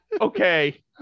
Okay